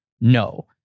No